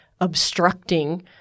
obstructing